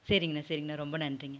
சரிங்ண்ணா சரிங்ண்ணா ரொம்ப நன்றிங்க